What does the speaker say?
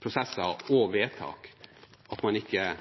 prosesser og vedtak at vi ikke